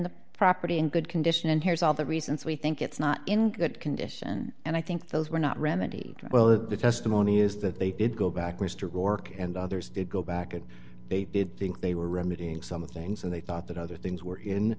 the property in good condition and here's all the reasons we think it's not in good condition and i think those were not remedied well the testimony is that they did go back mr roark and others did go back and they did think they were removing some of the things and they thought that other things were in